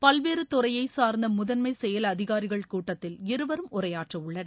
பல்வேறு துறையைச் சார்ந்த முதன்மை செயல் அதிகாரிகள் கூட்டத்தில் இருவரும் உரையாற்ற உள்ளனர்